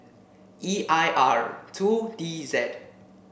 E I R two D Z